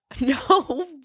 No